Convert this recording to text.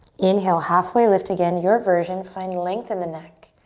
inhale, halfway lift again, your version, find length in the neck.